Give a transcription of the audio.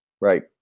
Right